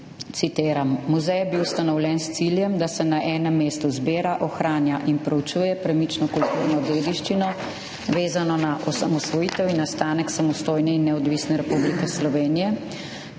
citiram: »Muzej je bil ustanovljen s ciljem, da se na enem mestu zbira, ohranja in preučuje premično kulturno dediščino, vezano na osamosvojitev in nastanek samostojne in neodvisne Republike Slovenije,